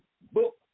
book